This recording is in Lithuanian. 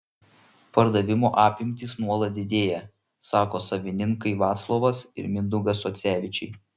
pardavimo apimtys nuolat didėja sako savininkai vaclovas ir mindaugas socevičiai